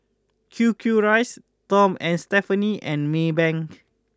Q Q rice Tom and Stephanie and Maybank